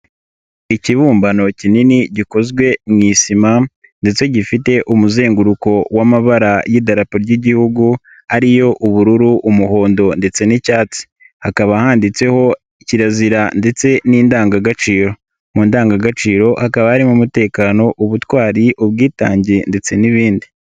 Ikibumbano kinini gikozwe mu isima, ndetse gifite umuzenguruko w'amabara y'idarapo ry'Igihugu, ari yo ubururu, umuhondo ndetse n'icyatsi. Hakaba handitseho kirazira ndetse n'indangagaciro. Mu ndangagaciro, hakaba harimo umutekano, ubutwari, ubwitange ndetse n'ibindi.